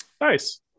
Nice